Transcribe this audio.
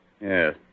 Yes